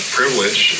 privilege